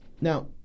Now